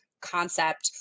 concept